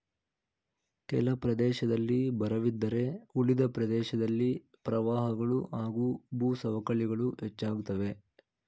ಕೆಲ ಪ್ರದೇಶದಲ್ಲಿ ಬರವಿದ್ದರೆ ಉಳಿದ ಪ್ರದೇಶದಲ್ಲಿ ಪ್ರವಾಹಗಳು ಹಾಗೂ ಭೂಸವಕಳಿಗಳು ಹೆಚ್ಚಾಗ್ತವೆ